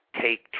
take